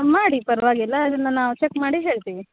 ಮಾಡಿ ಪರವಾಗಿಲ್ಲ ಅದನ್ನು ನಾವು ಚೆಕ್ ಮಾಡಿ ಹೇಳ್ತೀವಿ